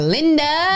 Linda